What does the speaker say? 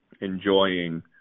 enjoying